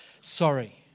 Sorry